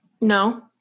No